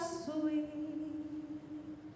sweet